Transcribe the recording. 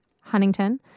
Huntington